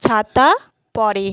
ছাতা পড়ে